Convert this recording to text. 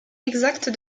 exacte